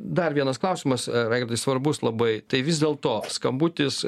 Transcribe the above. dar vienas klausimas raigardai svarbus labai tai vis dėlto skambutis